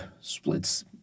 splits